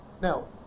Now